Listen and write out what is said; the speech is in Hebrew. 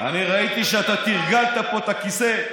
אני ראיתי שאתה תרגלת פה את הכיסא.